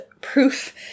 proof